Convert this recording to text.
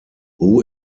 who